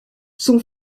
son